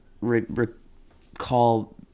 recall